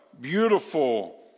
beautiful